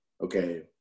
okay